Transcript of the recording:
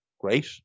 great